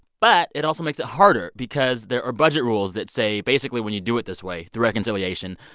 but it also makes it harder because there are budget rules that say, basically, when you do it this way through reconciliation,